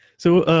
so,